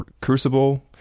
crucible